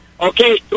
okay